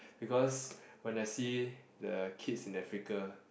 because when I see the kids in Africa